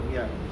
ya